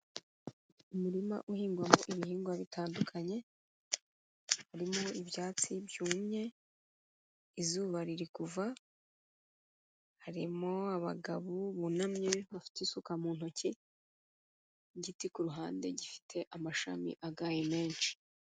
Umurima uhingwamo ibihingwa bitandukanye, harimo ibyatsi byumye, izuba riri kuva, harimo abagabo bunamye bafite isuka mu ntoki, igiti ku ruhande gifite amashami agaye menshi.